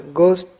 goes